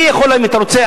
אם אתה רוצה,